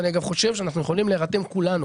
ואני גם חושב שאנחנו יכולים להירתם כולנו.